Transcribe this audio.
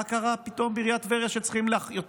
מה קרה פתאום בעיריית טבריה שצריך יותר